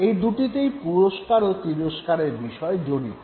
এই দু'টিতেই পুরস্কার ও তিরস্কারের বিষয় জড়িত